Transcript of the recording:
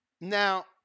Now